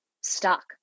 stuck